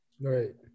Right